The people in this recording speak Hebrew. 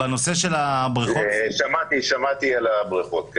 שמעתי על הבריכות.